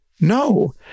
no